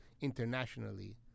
internationally